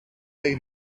they